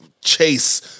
chase